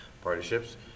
partnerships